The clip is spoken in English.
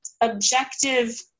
objective